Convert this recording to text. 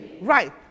Right